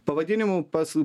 pavadinimu pats